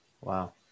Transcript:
Wow